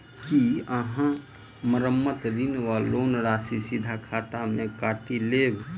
की अहाँ हम्मर ऋण वा लोन राशि सीधा खाता सँ काटि लेबऽ?